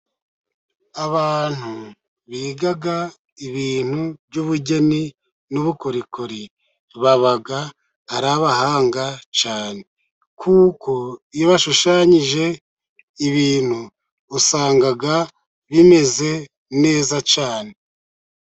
Abantu biga ibintu by'ubugeni n'ubukorikori, baba ari abahanga cyane. Kuko iyo bashushanyije ibintu usanga bimeze neza cyane.